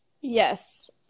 Yes